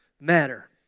matter